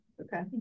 Okay